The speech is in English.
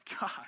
God